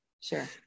Sure